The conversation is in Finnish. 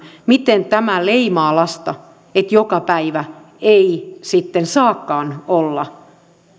miten tämä leimaa lasta että joka päivä ei sitten saakaan olla